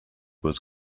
was